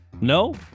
No